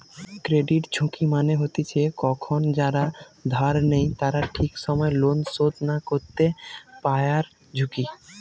credit ঝুঁকি মানে হতিছে কখন যারা ধার নেই তারা ঠিক সময় লোন শোধ না করতে পায়ারঝুঁকি